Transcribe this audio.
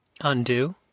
Undo